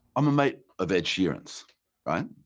i'm a mate of ed sheeran so right,